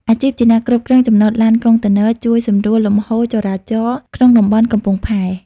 អាជីពជាអ្នកគ្រប់គ្រងចំណតឡានកុងតឺន័រ ជួយសម្រួលលំហូរចរាចរណ៍ក្នុងតំបន់កំពង់ផែ។